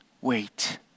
wait